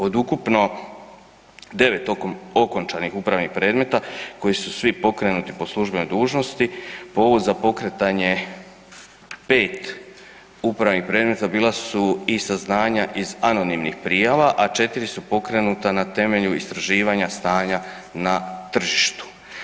Od ukupno 9 okončanih upravnih predmeta koji su svi pokrenuti po službenoj dužnosti, povodom za pokretanje 5 upravnih predmeta, bila su iz saznanja iz anonimnih prijava a 4 su pokreta na temelju istraživanja stanja na tržištu.